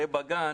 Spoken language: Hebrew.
הרי בגן